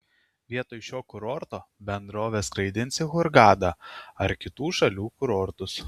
vietoj šio kurorto bendrovė skraidins į hurgadą ar kitų šalių kurortus